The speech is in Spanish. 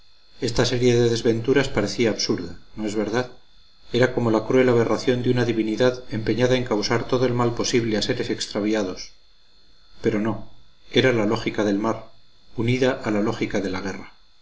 esta serie de desventuras parecía absurda no es verdad era como la cruel aberración de una divinidad empeñada en causar todo el mal posible a seres extraviados pero no era la lógica del mar unida a la lógica de la guerra